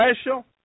special